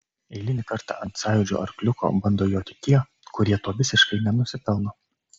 eilinį kartą ant sąjūdžio arkliuko bando joti tie kurie to visiškai nenusipelno